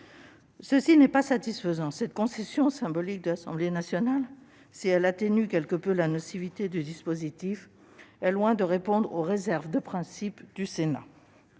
Ce n'est pas satisfaisant. Cette concession symbolique de l'Assemblée nationale, si elle atténue quelque peu la nocivité du dispositif, est loin de répondre aux réserves de principe du Sénat.